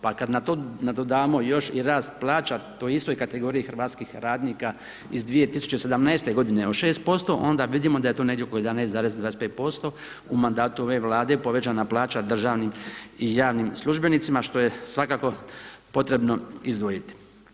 Pa kada na to nadodamo još i rast plaća u toj istoj kategoriji hrvatskih radnika iz 2017. g. od 6%, onda vidimo da je to negdje oko 11,25% u mandatu ove vlade, povećana plaća državnim i javnim službenicima, što je svakako potrebno izdvojiti.